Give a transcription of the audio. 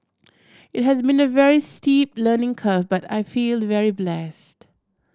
it has been a very steep learning curve but I feel very blessed